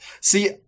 See